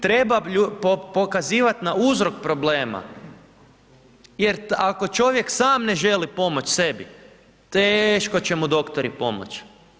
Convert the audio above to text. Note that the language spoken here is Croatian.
Treba pokazivat na uzrok problema jer ako čovjek sam ne želi pomoć sebi, teško će mu doktori pomoć.